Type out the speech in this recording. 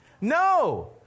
No